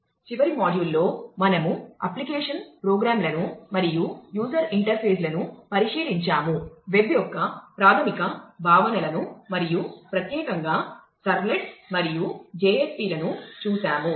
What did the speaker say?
చివరి మాడ్యూల్లో మనము అప్లికేషన్ ప్రోగ్రామ్లను లను చూశాము